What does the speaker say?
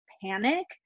panic